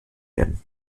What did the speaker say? werden